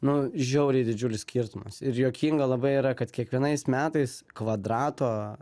nu žiauriai didžiulis skirtumas ir juokinga labai yra kad kiekvienais metais kvadrato